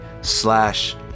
slash